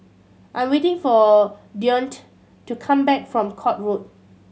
I am waiting for Deonte to come back from Court Road